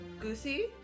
Goosey